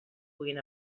puguin